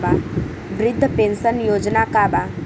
वृद्ध पेंशन योजना का बा?